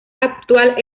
actual